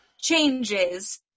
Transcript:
changes